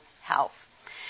health